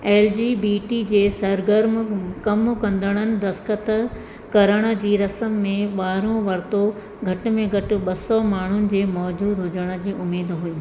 L G B T जे सरगर्मु कम कंदड़नि दस्तख़त करण जी रस्म में बहिरो वरितो घटि में घटि ॿ सौ माण्हुनि जे मौजूदु हुजण जी उमेदु हुई